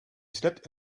slept